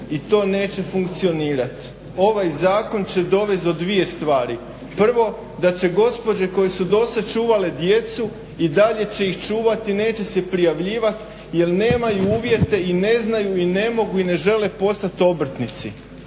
i to neće funkcionirat. Ovaj zakon će dovest do dvije stvari, prvo da će gospođe koje su dosad čuvale djecu i dalje će ih čuvati, neće se prijavljivat jer nemaju uvjete i ne znaju i ne mogu i ne žele postat obrtnici,